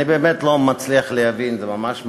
אני באמת לא מצליח להבין, זה ממש מדַגֵם,